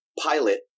pilot